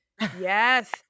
Yes